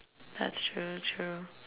that's so true